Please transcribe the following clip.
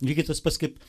lygiai tas pats kaip